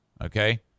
Okay